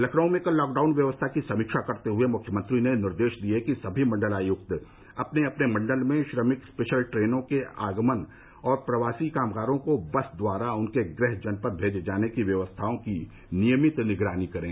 लखनऊ में कल लॉकडाउन व्यवस्था की समीक्षा करते हुए मुख्यमंत्री ने निर्देश दिए कि सभी मण्डलायुक्त अपने अपने मण्डल में श्रमिक स्पेशल ट्रेनों के आगमन और प्रवासी कामगारों को बस द्वारा उनके गृह जनपद भेजे जाने की व्यवस्थाओं की नियमित निगरानी करें